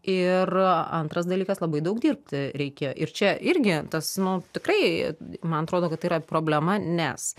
ir antras dalykas labai daug dirbt reikėjo ir čia irgi tas nu tikrai man atrodo kad tai yra problema nes